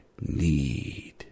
need